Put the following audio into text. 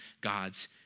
God's